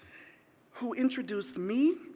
who introduced me,